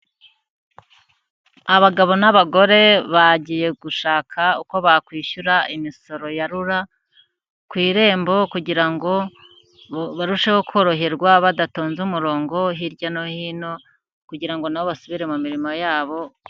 Abagabo n'abagore bagiye gushaka uko bakwishyura imisoro ya rura ku irembo, kugira ngo barusheho koroherwa badatonze umurongo hirya no hino. Kugira ngo nabo basubire mu mirimo yabo.